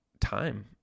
time